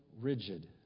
rigid